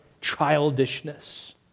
childishness